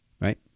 right